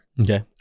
Okay